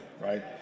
right